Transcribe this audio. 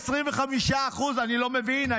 25%. אני לא מבין,